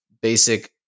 basic